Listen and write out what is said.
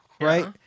Right